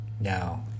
now